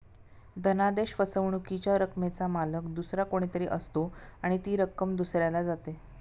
धनादेश फसवणुकीच्या रकमेचा मालक दुसरा कोणी तरी असतो आणि ती रक्कम दुसऱ्याला जाते